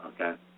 okay